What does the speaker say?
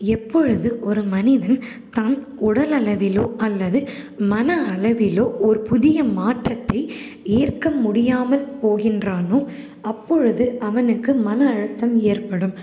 எப்பொழுது ஒரு மனிதன் தம் உடலளவிலோ அல்லது மன அளவிலோ ஒரு புதிய மாற்றத்தை ஏற்க முடியாமல் போகின்றானோ அப்பொழுது அவனுக்கு மன அழுத்தம் ஏற்படும்